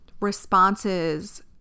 responses